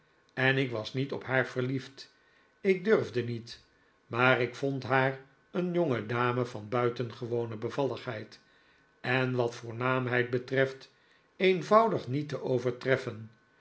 en ik was niet op haar verlief d ik durfde niet maar ik vond haar een jongedame van buitengewone bevalligheid en wat voornaamheid betreft eenvoudig niet te overtreffen